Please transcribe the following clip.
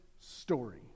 story